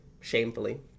shamefully